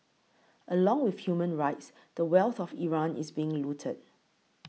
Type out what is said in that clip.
along with human rights the wealth of Iran is being looted